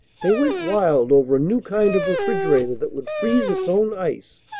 they went wild over a new kind of refrigerator that would freeze its own ice,